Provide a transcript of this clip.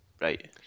right